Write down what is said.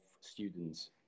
students